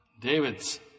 David's